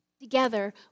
together